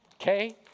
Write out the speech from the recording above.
okay